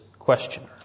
questioner